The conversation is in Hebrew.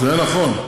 זה נכון.